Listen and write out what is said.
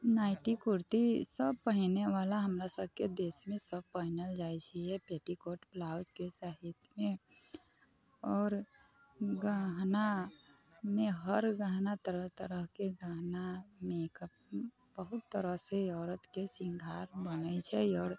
nightie kurti सब पहिनैवला हमरा सबके देशमे सब पहिनल जाइ छियै पेटीकोट ब्लाउजके साथमे आओर गहनामे हर गहना तरह तरहके गहना मेकअप बहुत तरह से औरत के शृंगार बनै छै आओर